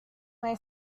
may